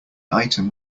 item